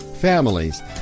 families